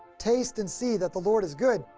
taste and see that the lord is good!